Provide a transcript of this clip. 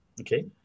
Okay